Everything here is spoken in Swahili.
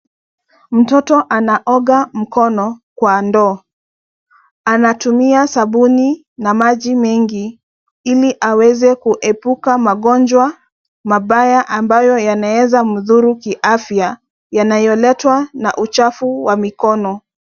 Mtoto anaoga mkono, kwa ndoo. Anatumia sabuni na maji mengi, ili aweze kuepuka magonjwa mabaya ambayo yanaweza mdhuru kiafya, yanayoletwa na uchafu wa mikono.